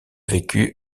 vécu